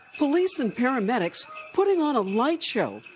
police and paramedics putting on a light show,